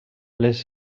les